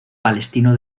palestino